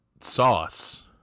sauce